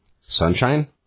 sunshine